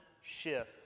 shift